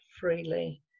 Freely